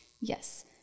Yes